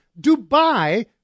Dubai